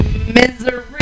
Misery